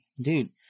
dude